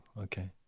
Okay